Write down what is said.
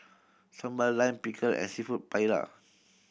Sambar Lime Pickle and Seafood Paella